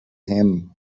him